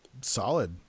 solid